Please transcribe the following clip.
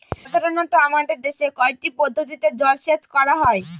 সাধারনত আমাদের দেশে কয়টি পদ্ধতিতে জলসেচ করা হয়?